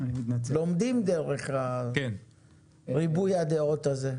לומדים דרך ריבוי הדעות הזה.